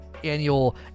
annual